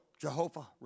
Jehovah